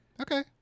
Okay